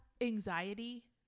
anxiety